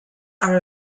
are